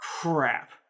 Crap